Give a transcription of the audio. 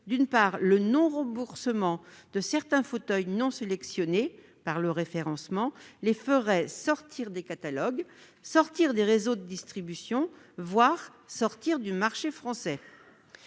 D'une part, le non-remboursement de fauteuils non sélectionnés par le référencement les ferait sortir des catalogues, des réseaux de distribution, voire du marché français.